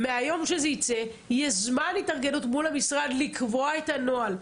מהיום שזה יצא יהיה זמן התארגנות מול המשרד כדי לקבוע את הנוהל,